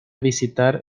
visitar